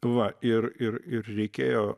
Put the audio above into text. va ir ir ir reikėjo